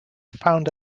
found